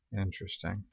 Interesting